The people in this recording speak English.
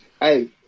Hey